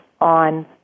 on